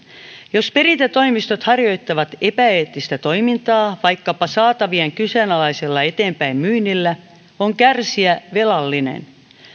jos perintätoimistot harjoittavat epäeettistä toimintaa vaikkapa saatavien kyseenalaisella eteenpäinmyynnillä on kärsijä velallinen